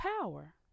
power